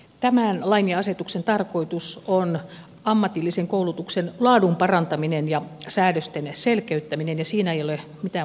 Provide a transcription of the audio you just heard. tämän lain ja asetuksen tarkoitus on ammatillisen koulutuksen laadun parantaminen ja säädösten selkeyttäminen ja siinä ei ole mitään moitittavaa